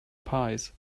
pies